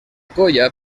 colla